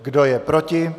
Kdo je proti?